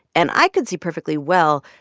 and i could see perfectly well,